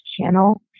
channel